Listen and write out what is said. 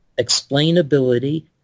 explainability